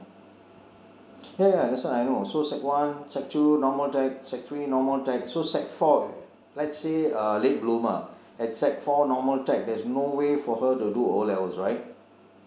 ya ya this one I know so sec one sec two normal tech sec three normal tech so sec four let's say a late bloomer at sec four normal tech there is no way for her to do O levels right